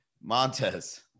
Montez